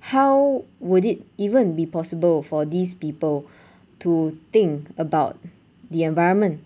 how would it even be possible for these people to think about the environment